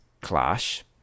clash